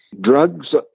drugs